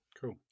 Cool